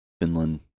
finland